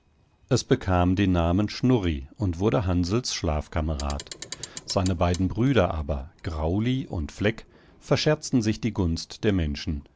es bekam den namen schnurri und wurde hansls schlafkamerad seine beiden brüder aber grauli und fleck verscherzten sich die gunst der menschen